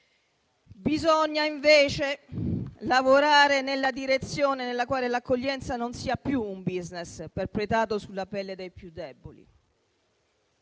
Bisogna invece lavorare nella direzione nella quale l'accoglienza non sia più un *business* perpetrato sulla pelle dei più deboli.